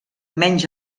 menys